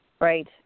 Right